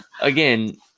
again